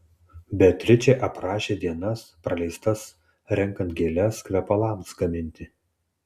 beatričė aprašė dienas praleistas renkant gėles kvepalams gaminti